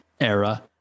era